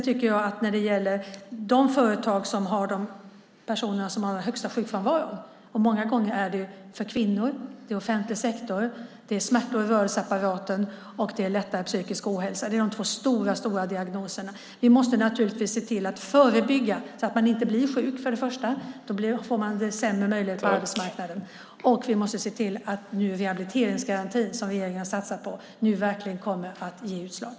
De personer som har den högsta sjukfrånvaron är många gånger kvinnor i offentlig sektor som har smärtor i rörelseapparaten och lättare psykisk ohälsa. Det är de två stora diagnoserna. Vi måste naturligtvis förebygga att man blir sjuk eftersom man får sämre möjligheter på arbetsmarknaden då. Vi måste också se till att den rehabiliteringsgaranti som regeringen har satsat på nu verkligen kommer att ge utslag.